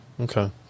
okay